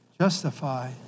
justify